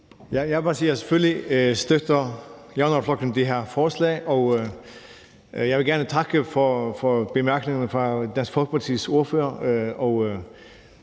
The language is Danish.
Jeg vil bare sige, at selvfølgelig støtter Javnaðarflokkurin det her forslag. Jeg vil gerne takke for bemærkningerne fra Dansk Folkepartis ordfører.